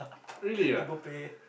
really ah